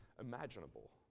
imaginable